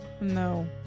No